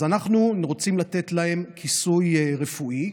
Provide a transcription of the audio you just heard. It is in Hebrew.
אז אנחנו רוצים לתת להם כיסוי רפואי.